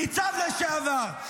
--- ניצב לשעבר,